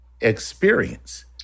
experience